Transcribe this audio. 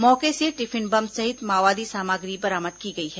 मौके से tiffin bomb सहित माओवादी सामग्री बरामद की गई है